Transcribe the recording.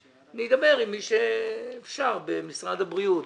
אני אדבר עם מי שאפשר במשרד הבריאות